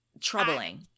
troubling